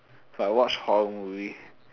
but I watch horror movies